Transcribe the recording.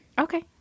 Okay